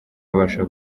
abasha